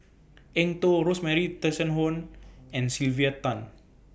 Eng Tow Rosemary Tessensohn and Sylvia Tan